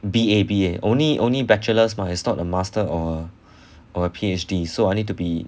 B_A B_A only only bachelor's mah it's not a master or P_H_D so I need to be